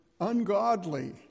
ungodly